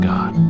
God